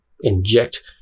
inject